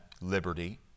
liberty